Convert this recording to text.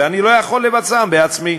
ואני לא יכול לבצען בעצמי.